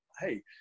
Hey